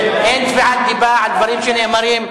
אין תביעת דיבה על דברים שנאמרים.